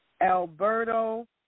Alberto